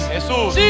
Jesus